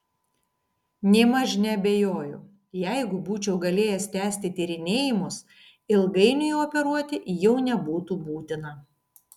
nėmaž neabejoju jeigu būčiau galėjęs tęsti tyrinėjimus ilgainiui operuoti jau nebūtų būtina